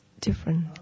different